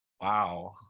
wow